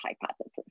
hypothesis